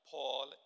Paul